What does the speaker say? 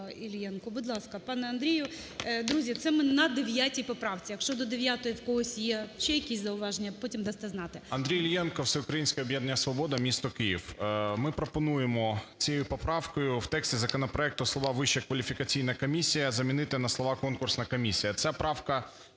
Іллєнку. Будь ласка, пане Андрію. Друзі, це ми на 9 поправці. Якщо до 9-ї в когось є ще якісь зауваження, потім дасте знати. 13:06:45 ІЛЛЄНКО А.Ю. Андрій Іллєнко, Всеукраїнське об'єднання "Свобода", місто Київ. Ми пропонуємо цією поправкою в тексті законопроекту слова "Вища кваліфікаційна комісія", замінити на слова "конкурсна комісія". Ця правка,